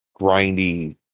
grindy